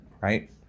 right